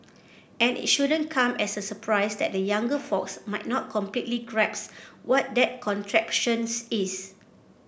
and it shouldn't come as a surprise that the younger folks might not completely grasp what that contraptions is